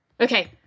Okay